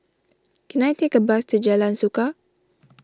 can I take a bus to Jalan Suka